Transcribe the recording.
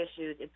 issues